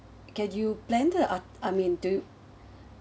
can you plan it uh I~ I mean do you